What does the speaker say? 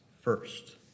first